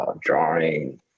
drawing